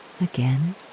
again